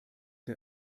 der